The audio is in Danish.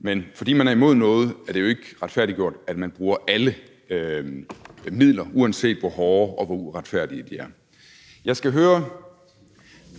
Men fordi man er imod noget, er det jo ikke retfærdiggjort, at man bruger alle midler, uanset hvor hårde og hvor retfærdige de er.